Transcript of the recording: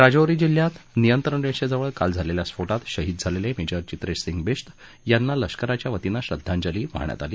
राजौरी जिल्ह्यात नियंत्रण रेषेजवळ काल झालेल्या स्फोटात शहीद झालेले मेजर चित्रेश सिंग बिश्ट यांना लष्कराच्या वतीनं श्रद्धांजली वाहण्यात आली